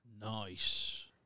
Nice